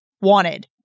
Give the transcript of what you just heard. wanted